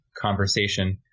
conversation